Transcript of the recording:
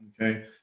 okay